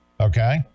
Okay